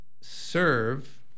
serve